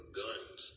guns